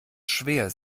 schwer